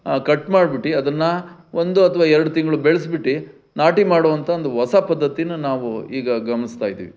cut ಮಾಡ್ಬಿಟ್ಟು ಅದನ್ನು ಒಂದು ಅಥವಾ ಎರಡು ತಿಂಗಳು ಬೆಳ್ಸ್ಬಿಟ್ಟು ನಾಟಿ ಮಾಡುವಂಥ ಒಂದು ಹೊಸ ಪದ್ಧತೀನ ನಾವು ಈಗ ಗಮನಿಸ್ತಾ ಇದ್ದೀವಿ